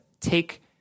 take